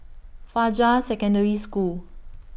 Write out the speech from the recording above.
Fajar Secondary School